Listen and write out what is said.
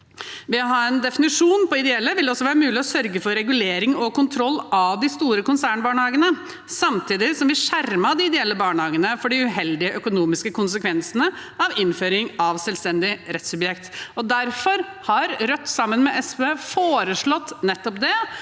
Ved å ha en definisjon på ideelle ville det også være mulig å sørge for regulering og kontroll av de store konsernbarnehagene, samtidig som vi skjermet de ideelle barnehagene for de uheldige økonomiske konsekvensene av innføring av selvstendig rettssubjekt. Derfor har Rødt, sammen med SV, foreslått nettopp det